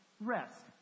rest